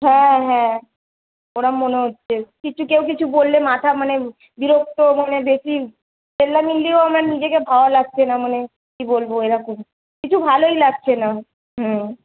হ্যাঁ হ্যাঁ ওরম মনে হচ্ছে কিছু কেউ কিছু বললে মাথা মানে বিরক্ত মানে বেশি চেল্লামেল্লিও আমার নিজেকে ভালো লাগছে না মানে কি বলব এরকম কিছু ভালোই লাগছে না হুম